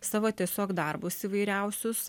savo tiesiog darbus įvairiausius